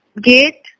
GATE